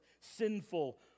sinful